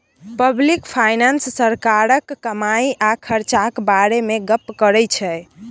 public finance सरकारक कमाई आ खरचाक बारे मे गप्प करै छै